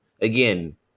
Again